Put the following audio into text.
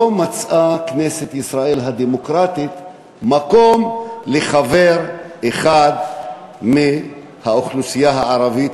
לא מצאה כנסת ישראל הדמוקרטית מקום לחבר אחד מהאוכלוסייה הערבית.